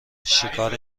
شکار